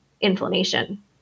inflammation